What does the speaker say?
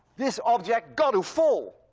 this object got to fall.